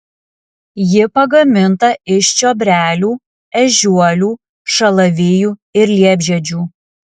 ji pagaminta iš čiobrelių ežiuolių šalavijų ir liepžiedžių